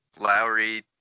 Lowry